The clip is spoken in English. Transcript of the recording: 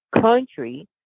country